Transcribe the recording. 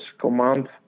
Command